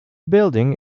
building